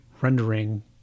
rendering